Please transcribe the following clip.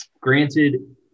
Granted